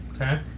okay